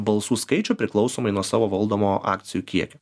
balsų skaičių priklausomai nuo savo valdomo akcijų kiekio